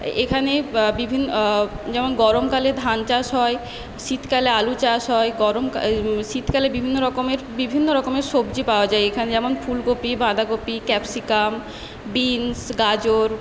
এখানে বিভিন্ন যেমন গরমকালে ধান চাষ হয় শীতকালে আলু চাষ হয় গরম শীতকালে বিভিন্ন রকমের বিভিন্ন রকমের সবজি পাওয়া যায় এখানে যেমন ফুলকপি বাঁধাকপি ক্যাপ্সিকাম বিন্স গাজর